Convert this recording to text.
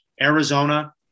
Arizona